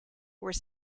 were